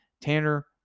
tanner